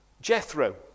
jethro